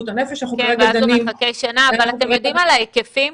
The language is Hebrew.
אתם יודעים על ההיקפים?